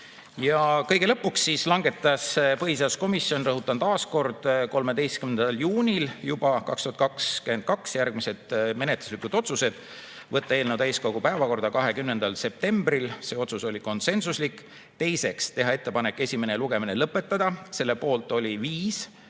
Kõige lõpuks langetas põhiseaduskomisjon, rõhutan taas kord, 13. juunil 2022 järgmised menetluslikud otsused. [Esiteks,] võtta eelnõu täiskogu päevakorda 20. septembril, see otsus oli konsensuslik. Teiseks, teha ettepanek esimene lugemine lõpetada. Selle poolt oli 5: